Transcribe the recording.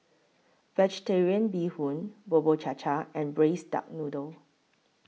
Vegetarian Bee Hoon Bubur Cha Cha and Braised Duck Noodle